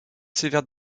sévère